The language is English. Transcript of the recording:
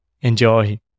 enjoy